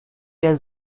wir